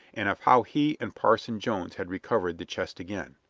and of how he and parson jones had recovered the chest again.